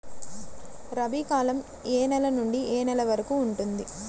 రబీ కాలం ఏ నెల నుండి ఏ నెల వరకు ఉంటుంది?